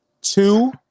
Two